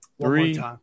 Three